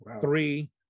three